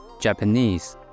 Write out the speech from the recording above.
Japanese